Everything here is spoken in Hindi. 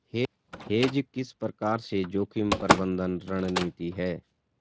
हेज किस प्रकार से जोखिम प्रबंधन रणनीति है?